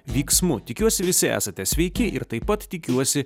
vyksmu tikiuosi visi esate sveiki ir taip pat tikiuosi